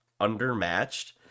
undermatched